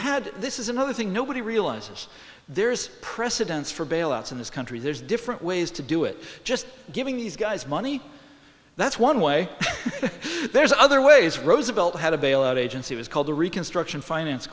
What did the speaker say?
had this is another thing nobody realizes there's precedents for bailouts in this country there's different ways to do it just giving these guys money that's one way there's other ways roosevelt had a bailout agency was called the reconstruction finance